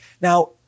Now